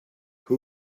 who